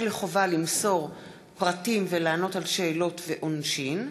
לחובה למסור פרטים ולענות על שאלות ועונשין),